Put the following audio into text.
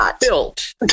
built